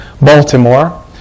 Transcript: Baltimore